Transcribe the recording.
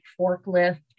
forklift